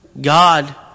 God